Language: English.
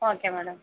okay madam